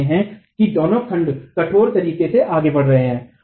और हम यह मान रहे हैं कि दोनों खंड कठोर तरीके से आगे बढ़ रहे हैं